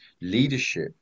leadership